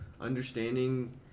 understanding